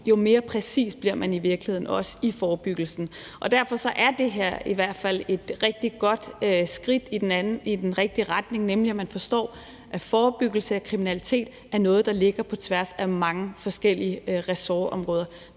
jo mere præcis bliver man i virkeligheden også i forebyggelsen. Derfor er det her i hvert fald et rigtig godt skridt i den rigtige retning, nemlig at man forstår, at forebyggelse af kriminalitet er noget, der ligger på tværs af mange forskellige ressortområder: